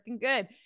good